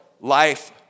life